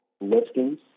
listings